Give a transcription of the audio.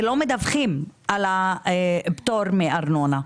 ולא מדווחים על הפטור מארנונה.